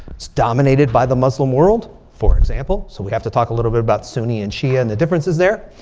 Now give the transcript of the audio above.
it's dominated by the muslim world, for example. so we have to talk a little bit about sunni and shi'a and the differences there.